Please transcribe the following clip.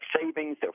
savings